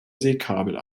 seekabel